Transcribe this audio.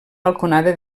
balconada